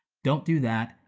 don't do that,